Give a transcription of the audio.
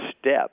step